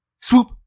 swoop